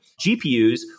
GPUs